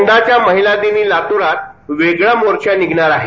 यंदाच्या महिलादिनी लातूरात वेगळा मोर्चा निघणार आहे